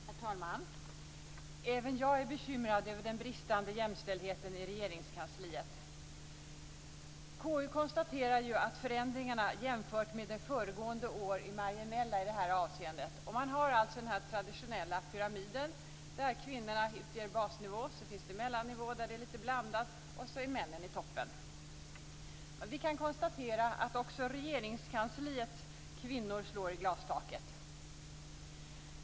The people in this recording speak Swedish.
Herr talman! Även jag är bekymrad över den bristande jämställdheten i Regeringskansliet. KU konstaterar ju att förändringarna jämfört med föregående år är marginella i det här avseendet. Man har den traditionella pyramiden där kvinnorna utgör basnivån. Vidare finns det en lite blandad mellannivå, och i toppen finns männen. Vi kan konstatera att också Regeringskansliets kvinnor slår i glastaket.